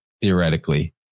theoretically